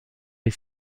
est